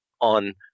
on